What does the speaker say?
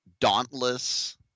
dauntless